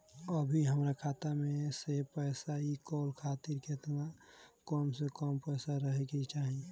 अभीहमरा खाता मे से पैसा इ कॉल खातिर केतना कम से कम पैसा रहे के चाही?